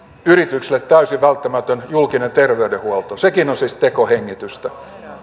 yrityksille täysin välttämätön julkinen terveydenhuolto sekin on siis tekohengitystä